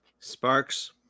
sparks